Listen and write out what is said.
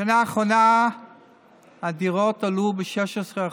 בשנה האחרונה הדירות עלו ב-16%.